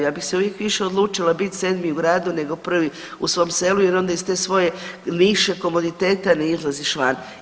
Ja bih se uvijek više odlučila biti sedmi u gradu nego prvi u svom selu jer onda iz svoje niše komoditeta ne izlaziš van.